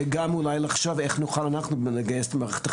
גם לחשוב איך נוכל אנחנו לגייס את מערכת החינוך,